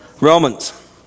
Romans